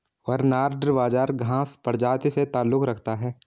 barnyard बाजरा घांस प्रजाति से ताल्लुक रखता है